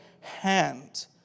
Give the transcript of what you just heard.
hand